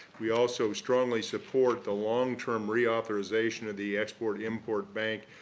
we also strongly support the long-term reauthorization of the export import bank,